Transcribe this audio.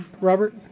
Robert